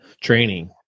training